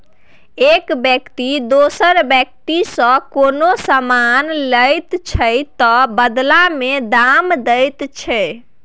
एक बेकती दोसर बेकतीसँ कोनो समान लैत छै तअ बदला मे दाम दैत छै